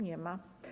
Nie ma.